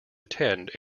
attend